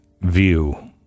view